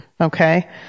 okay